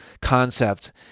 concept